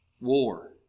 War